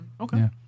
Okay